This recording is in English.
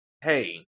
hey